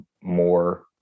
more